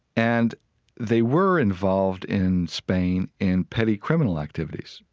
and they were involved in spain in petty criminal activities,